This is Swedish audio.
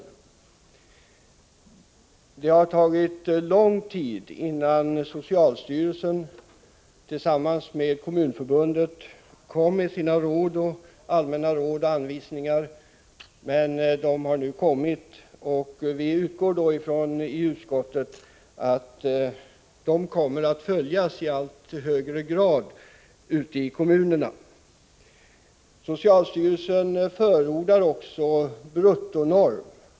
Det tog lång tid innan socialstyrelsen tillsammans med Kommunförbundet lade fram sina allmänna råd och anvisningar. När de nu har lagts fram utgår utskottet från att dessa råd och anvisningar kommer att följas i allt högre grad ute i kommunerna. Socialstyrelsen förordar en bruttonorm.